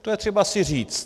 To je třeba si říct.